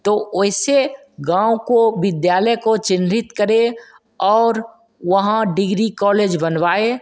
तो वैसे गाँव को विद्यालय को चिन्हित करें और वहाँ डिग्री कॉलेज बनवाएँ